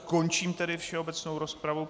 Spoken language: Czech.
Končím tedy všeobecnou rozpravu.